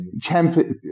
Champion